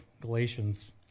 Galatians